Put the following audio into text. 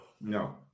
no